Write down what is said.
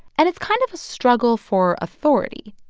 and it's kind of a struggle for authority.